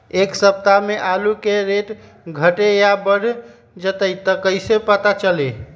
एक सप्ताह मे आलू के रेट घट ये बढ़ जतई त कईसे पता चली?